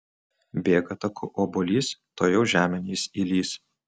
bėga taku obuolys tuojau žemėn jis įlįs